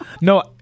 No